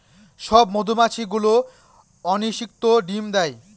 সব মধুমাছি গুলো অনিষিক্ত ডিম দেয়